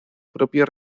propio